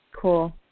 Cool